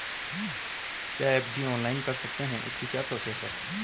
क्या FD online कर सकते हैं इसकी क्या प्रोसेस है?